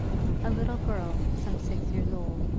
a little girl, some six years old,